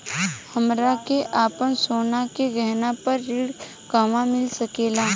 हमरा के आपन सोना के गहना पर ऋण कहवा मिल सकेला?